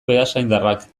beasaindarrak